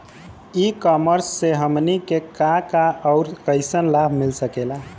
ई कॉमर्स से हमनी के का का अउर कइसन लाभ मिल सकेला?